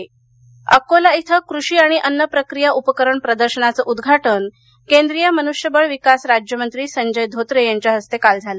प्रदर्शन अकोला अकोला इथं कृषी आणि अन्न प्रक्रिया उपकरण प्रदर्शनाचं उदघाटन केंद्रीय मनुष्यबळ विकास राज्यमंत्री संजय धोत्रे यांच्या हस्ते काल झालं